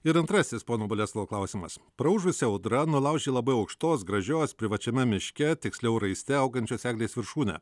ir antrasis pono boleslovo klausimas praūžusi audra nulaužė labai aukštos gražios privačiame miške tiksliau raiste augančios eglės viršūnę